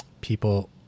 people